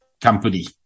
Company